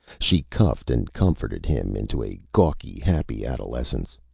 she cuffed and comforted him into a gawky-happy adolescence,